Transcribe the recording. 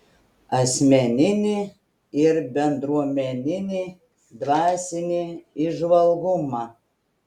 asmeninį ir bendruomeninį dvasinį įžvalgumą